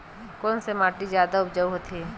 कोन से माटी जादा उपजाऊ होथे?